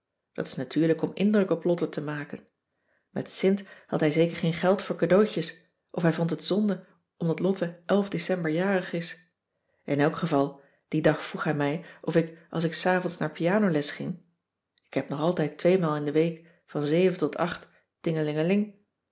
dat is natuurlijk om indruk op lotte te maken met sint had hij zeker geen geld voor cadeautjes of hij vond het zonde omdat lotte elf december jarig is in elk geval dien dag vroeg hij mij of ik als ik s'avonds naar pianoles ging ik heb nog altijd tweemaal in de week van tingelingeling